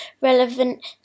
relevant